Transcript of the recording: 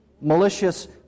malicious